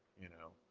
you know.